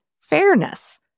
Fairness